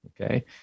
Okay